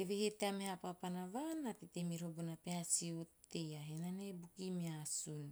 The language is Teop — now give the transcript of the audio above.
Eve he tea meha papana vaan, na teitei miroho a peha si otei, a henanae e bukimeasun.